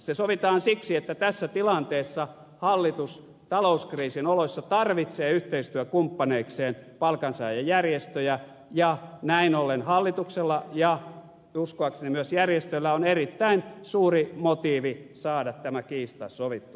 se sovitaan siksi että tässä tilanteessa hallitus talouskriisin oloissa tarvitsee yhteistyökumppaneikseen palkansaajajärjestöjä ja näin ollen hallituksella ja uskoakseni myös järjestöillä on erittäin suuri motiivi saada tämä kiista sovittua